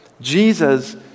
Jesus